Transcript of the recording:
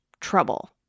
trouble